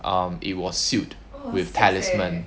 um it was sealed with talisman